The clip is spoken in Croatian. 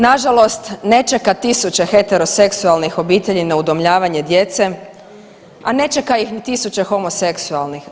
Nažalost, ne čeka tisuće heteroseksualnih obitelji na udomljavanje djece, a ne čeka ih ni tisuće homoseksualnih.